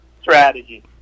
strategy